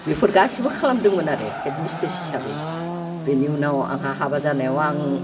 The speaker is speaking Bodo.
बेफोर गासैबो खालामदोंमोन आरो हेड मिस्ट्रिस हिसाबै बेनि उनाव आंहा हाबा जानायाव आं